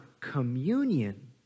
communion